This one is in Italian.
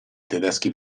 tedeschi